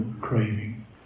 craving